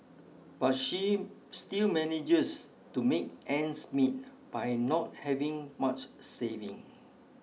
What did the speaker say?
but she still manages to make ends meet by not having much saving